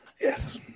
Yes